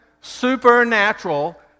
supernatural